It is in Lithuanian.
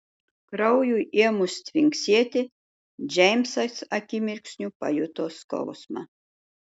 kraujui ėmus tvinksėti džeimsas akimirksniu pajuto skausmą